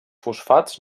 fosfats